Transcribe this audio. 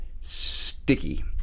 sticky